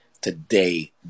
Today